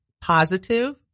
positive